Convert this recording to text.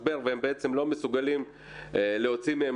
המשבר והם בעצם לא מסוגלים להוציא מהם